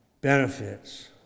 benefits